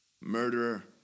Murderer